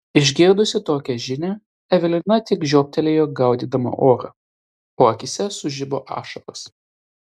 išgirdusi tokią žinią evelina tik žioptelėjo gaudydama orą o akyse sužibo ašaros